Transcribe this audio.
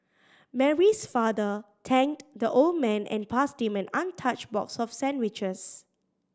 Mary's father thanked the old man and passed him an untouched box of sandwiches